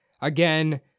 again